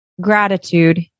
gratitude